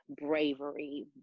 bravery